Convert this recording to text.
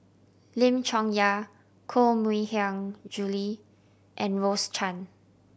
Lim Chong Yah Koh Mui Hiang Julie and Rose Chan